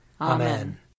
Amen